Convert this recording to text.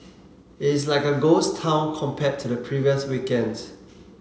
it is like a ghost town compared to the previous weekends